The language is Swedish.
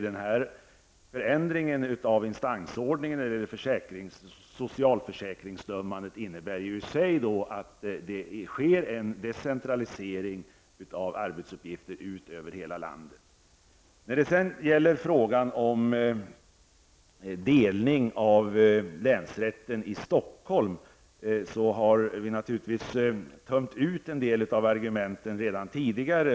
Den här förändringen av instansordningen när det gäller socialförsäkringsdömandet innebär i sig att det sker en decentralisering av arbetsuppgifter ut över hela landet. När det gäller frågan om delning av länsrätten i Stockholm har vi naturligtvis tömt ut en del av argumenten redan tidigare.